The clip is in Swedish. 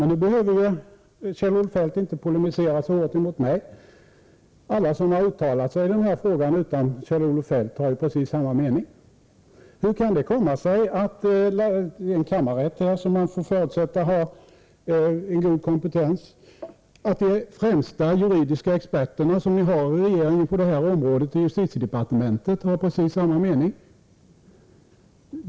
Kjell-Olof Feldt behöver inte polemisera så hårt mot mig — alla som har uttalat sig i den här frågan, utom Kjell-Olof Feldt, har ju precis samma mening som jag. Hur kan det komma sig att en kammarrätt, som man får förutsätta har god kompetens, och att de främsta juridiska experterna som ni har i regeringen på det här området, dvs. de på justitiedepartementet, har precis samma mening?